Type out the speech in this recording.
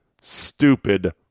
stupid